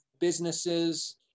businesses